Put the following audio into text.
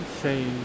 say